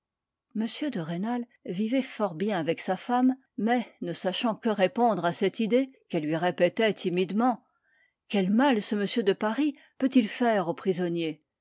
m de rênal vivait fort bien avec sa femme mais ne sachant que répondre à cette idée qu'elle lui répétait timidement quel mal ce monsieur de paris peut-il faire aux prisonniers